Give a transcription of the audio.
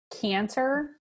cancer